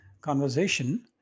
conversation